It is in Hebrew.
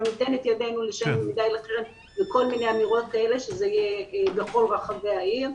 לא ניתן את ידנו לשיימינג וכל מיני אמירות כאלה שיהיו בכל רחבי העיר.